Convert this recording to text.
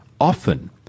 often